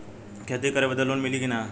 खेती करे बदे लोन मिली कि ना?